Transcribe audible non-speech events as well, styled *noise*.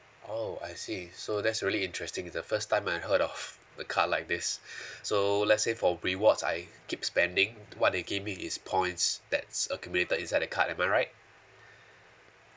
oh I see so that's really interesting the first time I've heard of *laughs* a card like this *breath* so let's say for rewards I keep spending what they give me is points that's accumulated inside the card am I right *breath*